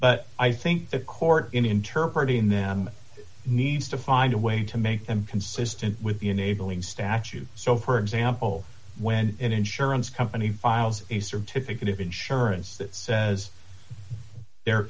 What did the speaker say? but i think the court inter party in them needs to find a way to make them consistent with the enabling statute so for example when an insurance company files a certificate of insurance that says there